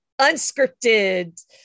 unscripted